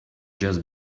just